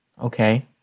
Okay